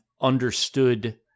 understood